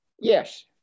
Yes